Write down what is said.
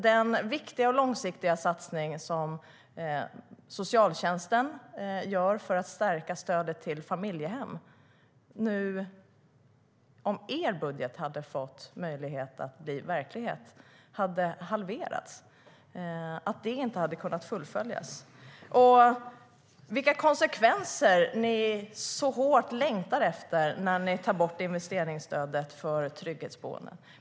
Den viktiga och långsiktiga satsning som socialtjänsten gör för att stärka stödet till familjehem hade, om er budget hade fått möjlighet att bli verklighet, halverats. Detta hade inte kunnat fullföljas. Och vilka konsekvenser längtar ni så hårt efter när ni tar bort investeringsstödet för trygghetsboenden?